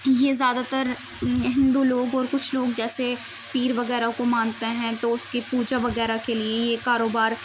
یہ زیادہ تر ہندو لوگ اور کچھ لوگ جیسے پیر وغیرہ کو مانتے ہیں تو اس کی پوجا وغیرہ کے لیے یہ کاروبار